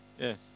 Yes